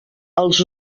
els